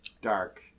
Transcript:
dark